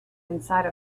inside